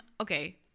okay